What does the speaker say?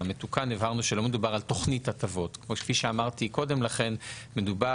למחוק את הכול ולקחת את המצב אחורה שמאפשר